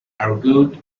argues